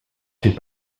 fait